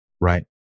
right